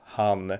han